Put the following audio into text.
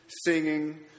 singing